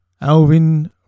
Alvin